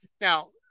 now